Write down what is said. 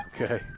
Okay